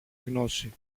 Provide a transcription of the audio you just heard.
γνώση